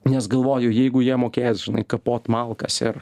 nes galvoju jeigu jie mokės kapot malkas ir